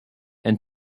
and